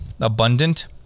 abundant